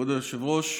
כבוד היושב-ראש,